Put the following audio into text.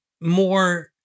more